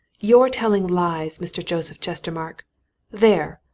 you're telling lies, mr. joseph chestermarke there!